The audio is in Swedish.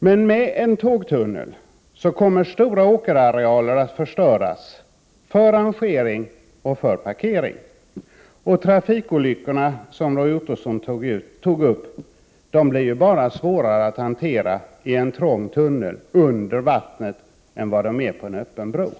Men med en tågtunnel kommer stora åkerarealer att förstöras för rangering och för parkering. Och trafikolyckorna, som Roy Ottosson tog upp, blir ju bara svårare att hantera i en trång tunnel under vattnet än vad de är på en öppen bro.